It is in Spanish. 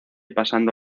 pasando